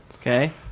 Okay